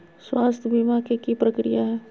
स्वास्थ बीमा के की प्रक्रिया है?